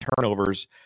turnovers